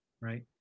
right